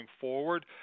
forward